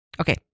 Okay